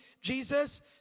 Jesus